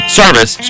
service